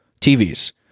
TVs